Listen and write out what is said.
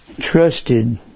trusted